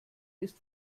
ist